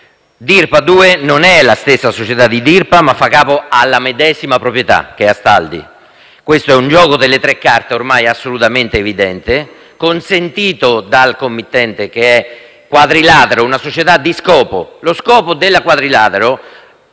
Dirpa 2 non è la stessa società di Dirpa, ma fa capo alla medesima proprietà, che è Astaldi. È un gioco delle tre carte, ormai assolutamente evidente, consentito dal committente, che è Quadrilatero, una società di scopo.